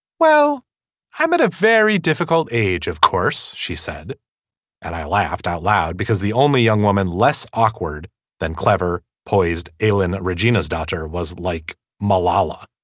well i made a very difficult age of course she said and i laughed out loud because the only young woman less awkward than clever poised ellen regina's daughter was like malala